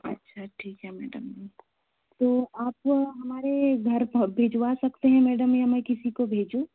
अच्छा ठीक है मैडम तो आप हमारे घर पर भिजवा सकते हैं मैडम या मैं किसी को भेजूँ